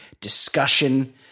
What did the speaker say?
discussion